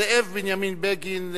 זאב בנימין בגין,